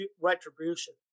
retribution